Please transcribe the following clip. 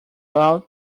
out